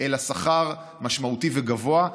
אלא שכר משמעותי וגבוה.